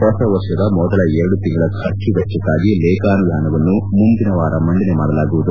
ಹೊಸವರ್ಷದ ಮೊದಲ ಎರಡು ತಿಂಗಳ ಖರ್ಚು ವೆಚ್ಚಕ್ಕಾಗಿ ಲೇಖಾನುದಾನವನ್ನು ಮುಂದಿನ ವಾರ ಮಂಡನೆ ಮಾಡಲಾಗುವುದು